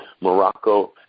Morocco